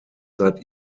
seit